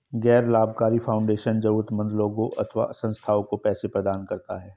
गैर लाभकारी फाउंडेशन जरूरतमन्द लोगों अथवा संस्थाओं को पैसे प्रदान करता है